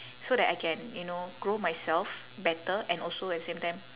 so that I can you know grow myself better and also at the same time